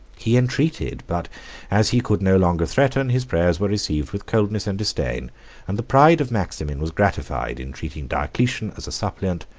he entreated but as he could no longer threaten, his prayers were received with coldness and disdain and the pride of maximin was gratified, in treating diocletian as a suppliant,